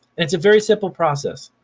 and it's a very simple process.